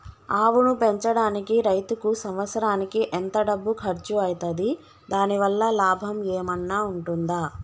ఆవును పెంచడానికి రైతుకు సంవత్సరానికి ఎంత డబ్బు ఖర్చు అయితది? దాని వల్ల లాభం ఏమన్నా ఉంటుందా?